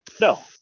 No